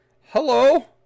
hello